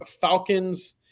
Falcons